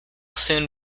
soon